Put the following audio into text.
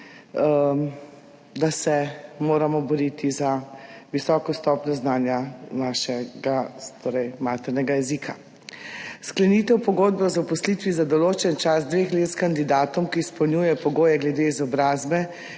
da se moramo boriti za visoko stopnjo znanja našega, torej maternega jezika. Sklenitev pogodbe o zaposlitvi za določen čas dveh let s kandidatom, ki izpolnjuje pogoje glede izobrazbe